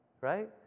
right